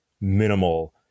minimal